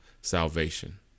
salvation